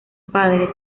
padre